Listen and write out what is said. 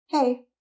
Hey